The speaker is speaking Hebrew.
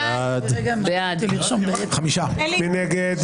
מי נגד?